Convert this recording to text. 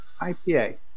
IPA